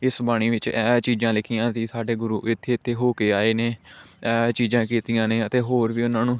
ਇਸ ਬਾਣੀ ਵਿੱਚ ਐਹ ਐਹ ਚੀਜ਼ਾਂ ਲਿਖੀਆਂ ਸੀ ਸਾਡੇ ਗੁਰੂ ਇੱਥੇ ਇੱਥੇ ਹੋ ਕੇ ਆਏ ਨੇ ਐਹ ਚੀਜ਼ਾਂ ਕੀਤੀਆਂ ਨੇ ਅਤੇ ਹੋਰ ਵੀ ਉਨ੍ਹਾਂ ਨੂੰ